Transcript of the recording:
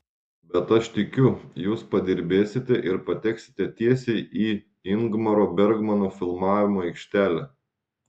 bet aš tikiu jūs padirbėsite ir pateksite tiesiai į ingmaro bergmano filmavimo aikštelę